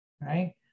Right